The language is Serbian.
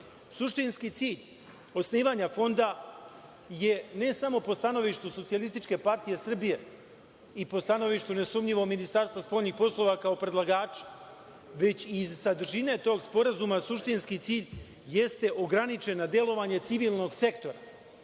suštinu. Suštinski cilj osnivanja Fonda je, ne samo po stanovištu SPS i po stanovištu, nesumnjivo, Ministarstva spoljnih poslova kao predlagača, već iz sadržine tog sporazuma suštinski cilj jeste ograničena delovanja civilnog sektora.